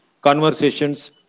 Conversations